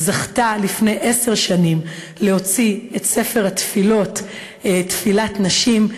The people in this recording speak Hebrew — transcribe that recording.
שזכתה לפני עשר שנים להוציא את ספר התפילות "תפילת נשים",